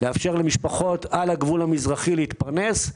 לאפשר למשפחות על הגבול המזרחי להתפרנס.